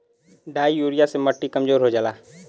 di urea से मट्टी कमजोर हो जाला